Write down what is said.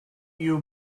you